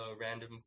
random